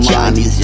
Johnny